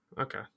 Okay